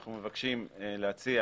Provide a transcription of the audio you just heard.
אנחנו מבקשים להציע,